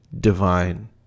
divine